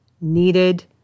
needed